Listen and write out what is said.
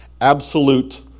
absolute